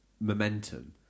momentum